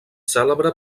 cèlebre